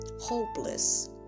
hopeless